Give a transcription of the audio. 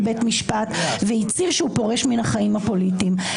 בית משפט והצהיר שהוא פורש מן החיים הפוליטיים.